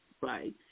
right